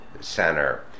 Center